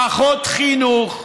פחות חינוך,